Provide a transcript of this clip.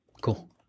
Cool